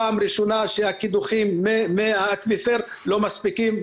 פעם ראשונה שהקידוחים מהאקוויפר לא מספיקים.